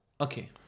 okay